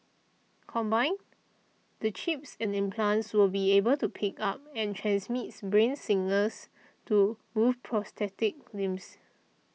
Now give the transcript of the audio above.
combined the chip and implants will be able to pick up and transmits brain signals to move prosthetic limbs